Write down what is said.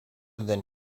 than